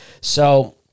So-